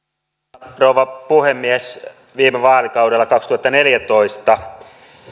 arvoisa rouva puhemies viime vaalikaudella kaksituhattaneljätoista